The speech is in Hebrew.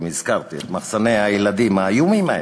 אם הזכרתי את מחסני הילדים האיומים האלה,